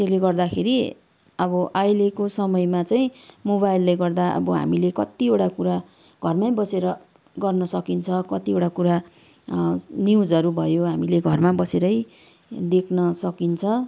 त्यसले गर्दाखेरि अब अहिलेको समयमा चाहिँ मोबाइलले गर्दा अब हामीले कतिवटा कुरा घरमै बसेर गर्न सकिन्छ कतिवटा कुरा न्युजहरू भयो हामीले घरमा बसेरै देख्न सकिन्छ